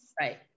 Right